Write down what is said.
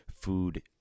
Food